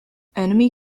enemy